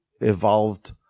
evolved